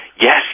yes